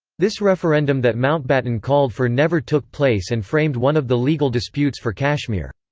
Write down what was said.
this referendum that mountbatten called for never took place and framed one of the legal disputes for kashmir.